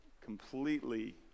completely